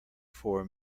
four